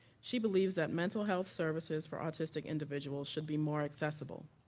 she believes that mental health services for autistic individuals should be more accessible.